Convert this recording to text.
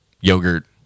yogurt